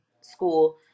school